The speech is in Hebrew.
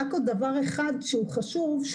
רק עוד דבר חשוב אחד,